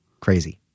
crazy